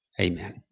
Amen